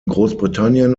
großbritannien